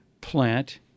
plant